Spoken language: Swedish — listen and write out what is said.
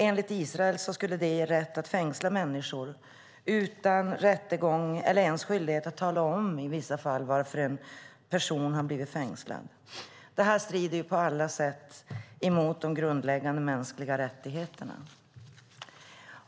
Enligt Israel ger de dem rätt att fängsla människor utan rättegång eller ens skyldighet att tala om i vissa fall varför en person har blivit fängslad. Detta strider på alla sätt mot de grundläggande mänskliga rättigheterna.